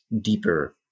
deeper